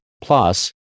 Plus